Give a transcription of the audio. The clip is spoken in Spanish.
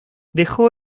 dejó